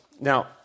Now